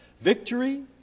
victory